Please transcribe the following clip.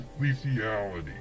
lethality